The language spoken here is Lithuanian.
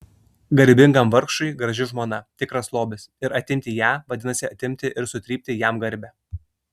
garbingam vargšui graži žmona tikras lobis ir atimti ją vadinasi atimti ir sutrypti jam garbę